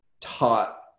taught